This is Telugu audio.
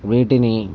వీటిని